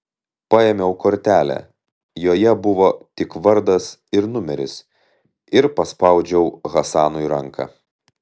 paėmiau kortelę joje buvo tik vardas ir numeris ir paspaudžiau hasanui ranką